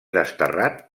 desterrat